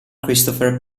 christopher